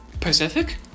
Pacific